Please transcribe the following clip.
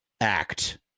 act